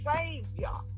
Savior